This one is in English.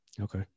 Okay